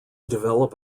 develop